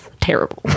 terrible